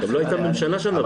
גם לא הייתה ממשלה שנה וחצי.